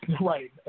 Right